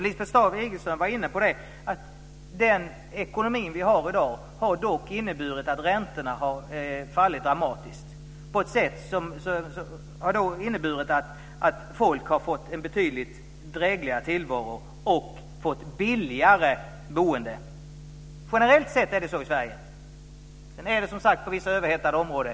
Lisbeth Staaf-Igelström var inne på att den ekonomi vi har i dag dock har inneburit att räntorna har fallit dramatiskt på ett sätt som har inneburit att folk har fått en betydligt drägligare tillvaro och ett billigare boende. Generellt sett är det så i Sverige. Sedan är det som sagt problem i vissa överhettade områden.